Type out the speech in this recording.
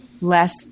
less